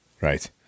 right